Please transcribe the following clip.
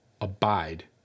abide